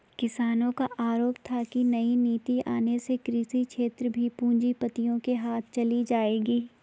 किसानो का आरोप था की नई नीति आने से कृषि क्षेत्र भी पूँजीपतियो के हाथ चली जाएगी